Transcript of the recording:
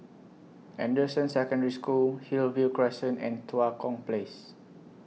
Anderson Secondary School Hillview Crescent and Tua Kong Place